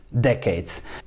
decades